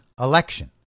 election